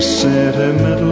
sentimental